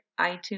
iTunes